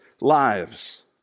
lives